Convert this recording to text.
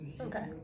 Okay